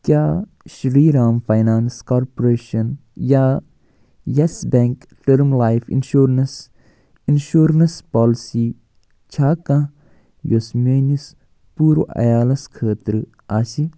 کیٛاہ Shri Ram finance corporation یا Yes bank term life insurance insurance policy چھا کانٛہہ یۅس میٛٲنِس پوٗرٕ عیالَس خٲطرٕ آسہِ